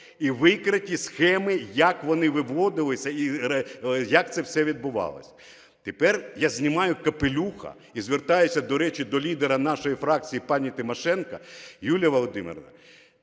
і викриті схеми, як вони виводилися і як це все відбувалося. Тепер я знімаю капелюха і звертаюся, до речі, до лідера нашої фракції пані Тимошенко, Юлія Володимирівна,